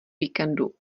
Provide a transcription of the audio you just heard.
víkendu